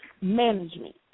management